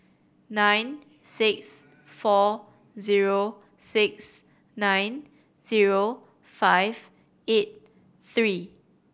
nine six four zero six nine zero five eight three